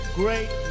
great